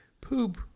poop